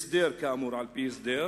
הסדר כאמור, על-פי הסדר,